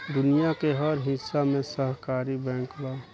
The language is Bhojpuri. दुनिया के हर हिस्सा में सहकारी बैंक बा